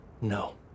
No